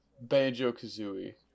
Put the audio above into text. Banjo-Kazooie